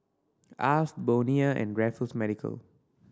Alf Bonia and Raffles Medical